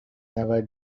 never